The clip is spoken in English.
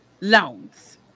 Loans